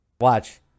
Watch